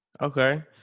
Okay